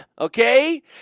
okay